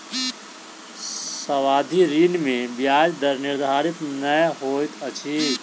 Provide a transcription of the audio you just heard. सावधि ऋण में ब्याज दर निर्धारित नै होइत अछि